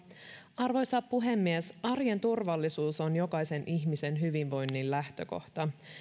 arvoisa puhemies arjen turvallisuus on jokaisen ihmisen hyvinvoinnin lähtökohta